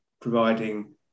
providing